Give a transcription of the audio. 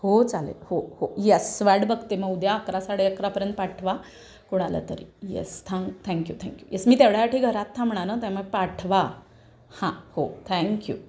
हो चालेल हो हो येस वाट बघते मग उद्या अकरा साडे अकरापर्यंत पाठवा कुणाला तरी yes thank you thank you thank you yes मी तेवढ्यासाठी घरात थांबणार हां त्यामुळे पाठवा हां हो थँक्यू